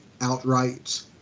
outright